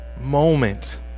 moment